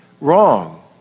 wrong